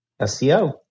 SEO